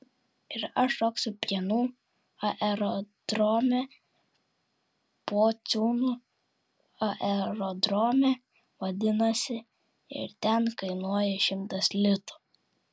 ir aš šoksiu prienų aerodrome pociūnų aerodrome vadinasi ir ten kainuoja šimtas litų